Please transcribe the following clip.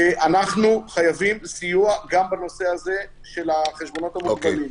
ואנחנו חייבים סיוע גם בנושא הזה של החשבונות המוגבלים.